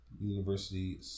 University